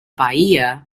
bahía